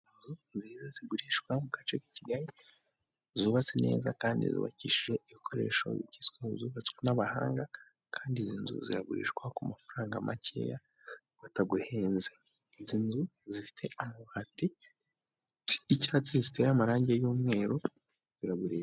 Izu zinza zigurishwa mu gace ka Kigali, zubatse neza kandi zubakishije ibikoresho bigezweho zubatswe n'abahanga, kandi izi nzu zigurishwa ku mafaranga makeya bataguhenze, izi nzu zifite amabati y'icyatsi ziteye amarangi y'umweru, ziragurishwa.